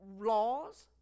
laws